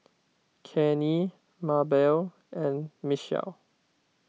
Kenny Mabelle and Michell